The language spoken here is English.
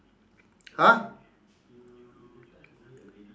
!huh!